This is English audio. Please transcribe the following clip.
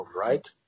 right